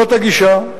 זאת הגישה.